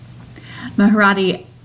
Maharati